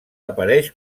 apareix